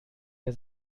der